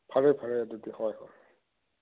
ꯐꯔꯦ ꯐꯔꯦ ꯑꯗꯨꯗꯤ ꯍꯣꯏ ꯍꯣꯏ